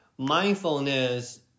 Mindfulness